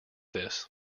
this